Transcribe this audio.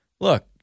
look